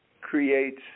creates